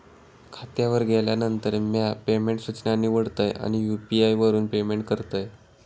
खात्यावर गेल्यानंतर, म्या पेमेंट सूचना निवडतय आणि यू.पी.आई वापरून पेमेंट करतय